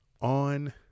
on